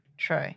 True